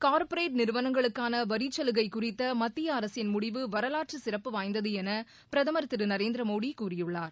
corporate நிறுவனங்களுக்கான வரிச் சலுகை குறித்த மத்திய அரசின் முடிவு வரலாற்று சிறப்பு வாய்ந்தது என பிரதமர் திரு நரேந்திரமோடி கூறியுள்ளார்